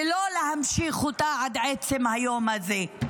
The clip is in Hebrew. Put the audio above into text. ולא להמשיך אותה עד עצם היום הזה.